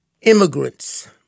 immigrants